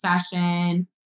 session